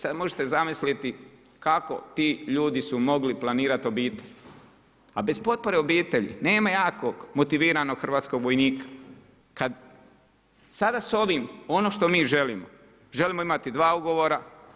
Sad možete zamisliti kako ti ljudi su mogli planirati obitelj, a bez potpore obitelji nema jakog motiviranog hrvatskog vojnika kad sada sa ovim ono što mi želimo, želimo imati dva ugovora.